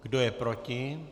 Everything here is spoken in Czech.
Kdo je proti?